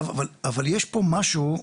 יש פה משהו,